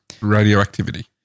Radioactivity